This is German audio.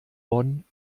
bonn